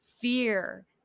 fear